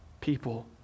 people